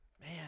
Man